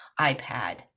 iPad